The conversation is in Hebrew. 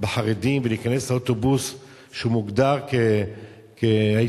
בחרדים ולהיכנס לאוטובוס שהוא מוגדר כמסורתי-חרדי,